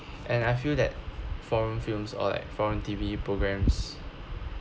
and I feel that foreign films or like foreign T_V programs